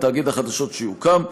לתאגיד החדשות שיוקם,